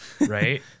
right